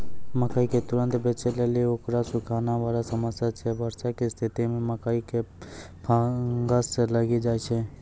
मकई के तुरन्त बेचे लेली उकरा सुखाना बड़ा समस्या छैय वर्षा के स्तिथि मे मकई मे फंगस लागि जाय छैय?